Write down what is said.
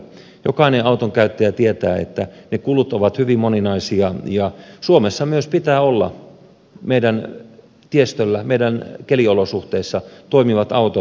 jokainen autonkäyttäjä tietää että ne kulut ovat hyvin moninaisia ja suomessa myös pitää olla meidän tiestöllämme meidän keliolosuhteissamme toimivat autot